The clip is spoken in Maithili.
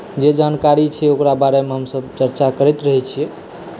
जे जानकारी छै ओकरा बारेमे हमसभ चर्चा करैत रहै छियै